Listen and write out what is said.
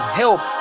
help